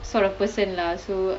sort of person lah so